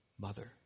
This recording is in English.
mother